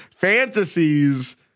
fantasies